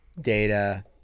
Data